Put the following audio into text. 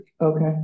okay